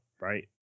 right